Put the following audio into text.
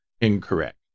incorrect